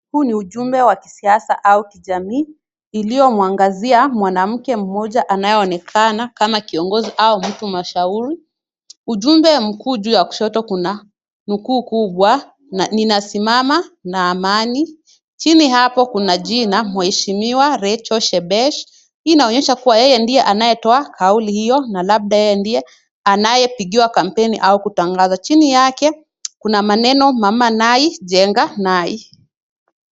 Huu ni ujumbe wa kisiasa au kijamii inayoaangzia mwanamke mmoja anayeonekana kama kiongozi au mtu mashuhuri. Ujumbe mkuu juu ya kushota kuna nukuu kubwa, "NINASIMAMA NA AMANI. "Chini yake kuna jina Mheshimiwa Rachel Shebesh , hii inaonyesha yeye ndiye anayetoa kauli hiyo na labda yeye ndiye anayepigiwa kampeni au kutangaza. Chini yake kuna maneno MAMA NAI, JENGA NAI.